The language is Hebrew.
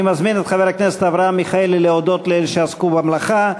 אני מזמין את חבר הכנסת אברהם מיכאלי להודות לאלה שעסקו במלאכה.